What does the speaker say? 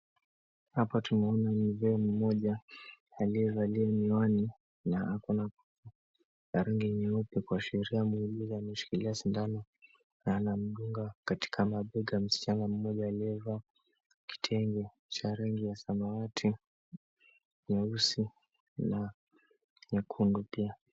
Hapa tunaona ni mzee mmoja aliyevalia miwani na ako na rangi nyeupe kuashiria muuguzi. Ameshikilia sindano na anamdunga katika mabega msichana mmoja aliyevaa kitenge cha rangi ya samawati, nyeusi na nyekundu pia.